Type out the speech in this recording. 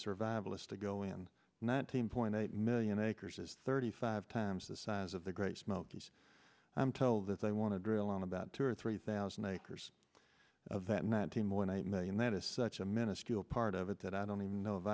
survivalist to go in nineteen point eight million acres is thirty five times the size of the great smokies i'm told that they want to drill on about two or three thousand acres of that not timor in a million that is such a minuscule part of it that i don't even know if